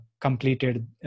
completed